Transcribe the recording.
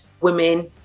women